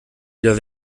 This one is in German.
wieder